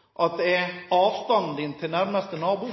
sagt følgende: At avstanden til nærmeste nabo